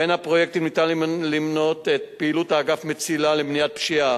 בין הפרויקטים ניתן למנות את פעילות האגף "מצילה" למניעת פשיעה.